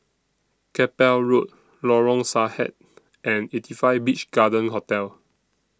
Keppel Road Lorong Sarhad and eighty five Beach Garden Hotel